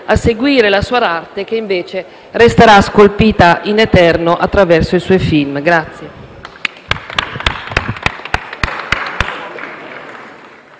a seguire la sua arte, che invece resterà scolpita in eterno, attraverso i suoi film.